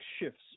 shifts